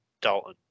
Dalton